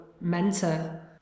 mentor